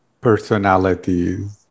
personalities